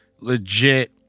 legit